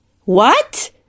What